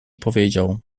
powiedział